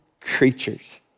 creatures